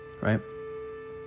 right